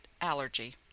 allergy